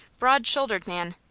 broad-shouldered man,